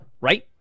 right